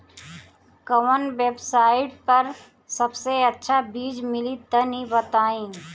कवन वेबसाइट पर सबसे अच्छा बीज मिली तनि बताई?